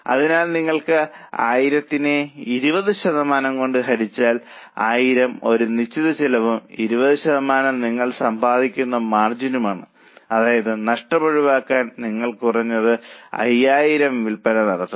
അതിനാൽ നിങ്ങൾ 1000നെ 20 ശതമാനം കൊണ്ട് ഹരിച്ചാൽ 1000 ഒരു നിശ്ചിത ചെലവാണ് 20 ശതമാനം നിങ്ങൾ സമ്പാദിക്കുന്ന മാർജിനാണ് അതായത് നഷ്ടം ഒഴിവാക്കാൻ നിങ്ങൾ കുറഞ്ഞത് 5000 വിൽപ്പന നടത്തണം